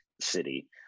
city